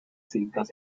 cintas